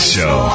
Show